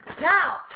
Now